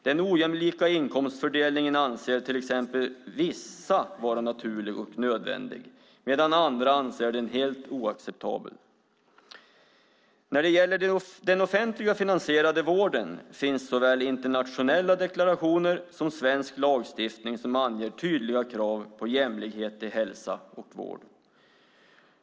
Den ojämlika inkomstfördelningen anser till exempel vissa vara naturlig och nödvändig, medan andra anser den vara helt oacceptabel. När det gäller den offentligt finansierade vården finns såväl internationella deklarationer som svensk lagstiftning som anger tydliga krav på jämlikhet i hälsa och vård.